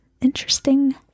Interesting